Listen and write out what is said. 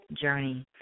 Journey